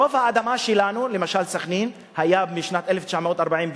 רוב האדמה שלנו, למשל סח'נין, היתה משנת 1948,